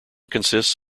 consists